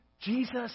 Jesus